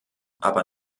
aber